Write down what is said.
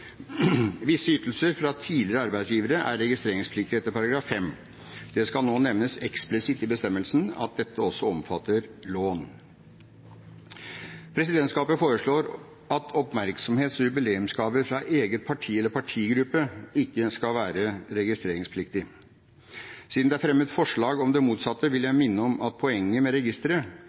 Visse ytelser fra tidligere arbeidsgivere er registreringspliktige etter § 5. Det skal nå nevnes eksplisitt i bestemmelsen at dette også omfatter lån. Presidentskapet foreslår at oppmerksomhets- og jubileumsgaver fra eget parti eller partigruppe ikke skal være registreringspliktig. Siden det er fremmet forslag om det motsatte, vil jeg minne om at poenget med registeret